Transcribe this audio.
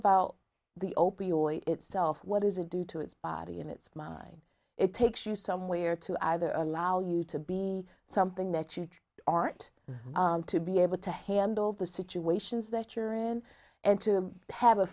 about the opioid itself what is it do to its body and its mind it takes you somewhere to either allow you to be something that you aren't to be able to handle the situations that you're in and to have a